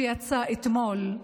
שיצא אתמול,